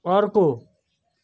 अर्को